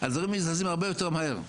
הדברים היו זזים הרבה יותר מהר,